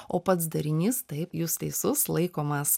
o pats darinys taip jūs teisus laikomas